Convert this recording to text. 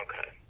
Okay